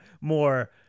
more